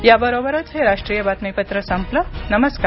या बरोबरच हे राष्ट्रीय बातमीपत्र संपलं नमस्कार